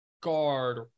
guard